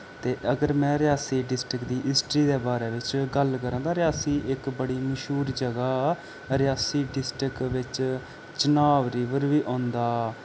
ते अगर मैं रेयासी डिस्ट्रिक्ट दी हिस्टरी दे बारे बिच्च गल्ल करां तां रेयासी इक बड़ी मश्हूर जगह् रेयासी डिस्ट्रिक्ट बिच्च चिनाब रिवर बी औंदा